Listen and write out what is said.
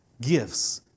gifts